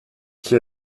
qui